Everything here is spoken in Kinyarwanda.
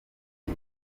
iki